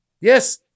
Yes